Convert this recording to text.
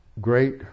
Great